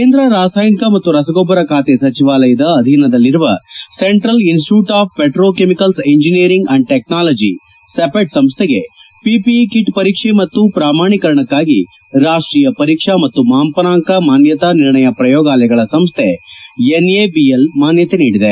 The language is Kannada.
ಕೇಂದ್ರ ರಾಸಾಯನಿಕ ಮತ್ತು ರಸಗೊಬ್ಬರ ಸಚಿವಾಲಯದ ಅಧೀನದಲ್ಲಿರುವ central institute of petrochemical engineering and technology CIPET CIPET ಸಂಸ್ಟೆಗೆ ಪಿಪಿಇ ಕಿಟ್ ಪರೀಕ್ಷೆ ಮತ್ತು ಪ್ರಮಾಣೀಕರಣಕ್ಕಾಗಿ ರಾಷ್ಟೀಯ ಪರೀಕ್ಷಾ ಮತ್ತು ಮಾಪನಾಂಕ ಮಾನ್ನತಾ ನಿರ್ಣಯ ಪ್ರಯೋಗಾಲಯಗಳ ಸಂಸ್ಥೆ ಎನ್ಎದಿಎಲ್ ಮಾನ್ನತೆ ನೀಡಿದೆ